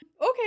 Okay